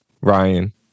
Ryan